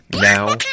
now